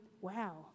wow